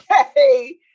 okay